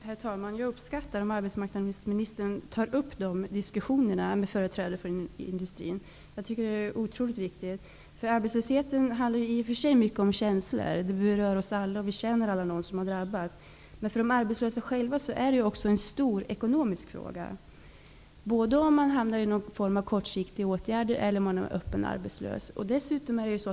Herr talman! Jag uppskattar att arbetsmarknadsministern tar upp sådana här diskussioner med företrädare för industrin. Det är otroligt viktigt att så sker. Arbetslösheten handlar i och för sig mycket om känslor. Den berör oss alla, och alla känner vi någon som har drabbats av den. Men också för de arbetslösa själva är det här en stor ekonomisk fråga. Det gäller både den som blir föremål för någon form av kortsiktiga åtgärder och den som blir öppet arbetslös.